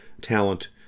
talent